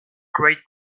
great